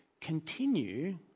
continue